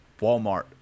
Walmart